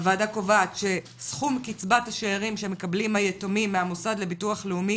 הוועדה קובעת שסכום קצבת השאירים שמקבלים היתומים מהמוסד לביטוח לאומי,